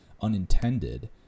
unintended